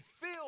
feel